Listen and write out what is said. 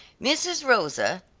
mrs. rosa,